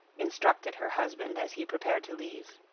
instructed her husband as he prepared to leave.